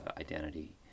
identity